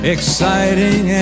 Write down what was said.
Exciting